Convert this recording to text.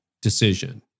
decision